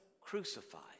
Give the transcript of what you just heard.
crucified